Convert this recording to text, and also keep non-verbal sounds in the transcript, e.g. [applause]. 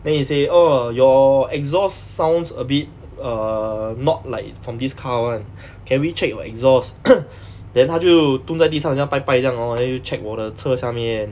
then he say orh your exhaust sounds a bit err not like from this car [one] can we check your exhaust [coughs] then 他就蹲在地上好像拜拜这样 lor then 就 check 我的车下面